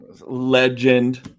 Legend